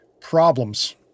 Problems